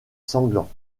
sanglants